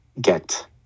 get